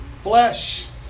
flesh